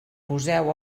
poseu